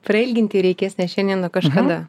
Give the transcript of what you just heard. prailginti reikės ne šiandien o kažkada